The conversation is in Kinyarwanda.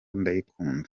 ndayikunda